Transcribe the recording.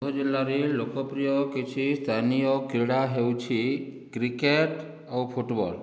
ଆମ ଜିଲ୍ଲାରେ ଲୋକପ୍ରିୟ କିଛି ସ୍ଥାନୀୟ କ୍ରୀଡ଼ା ହେଉଛି କ୍ରିକେଟ ଆଉ ଫୁଟବଲ